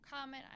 comment